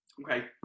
Okay